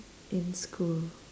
in school